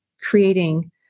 creating